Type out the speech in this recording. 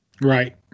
Right